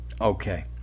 Okay